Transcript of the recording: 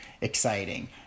exciting